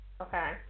Okay